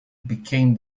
became